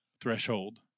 threshold